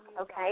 okay